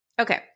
Okay